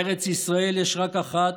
ארץ ישראל יש רק אחת,